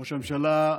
ראש הממשלה,